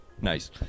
Nice